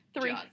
three